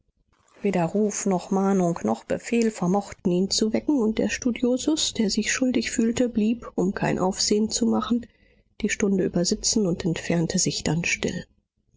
weder ruf noch mahnung noch befehl vermochten ihn zu wecken und der studiosus der sich schuldig fühlte blieb um kein aufsehen zu machen die stunde über sitzen und entfernte sich dann still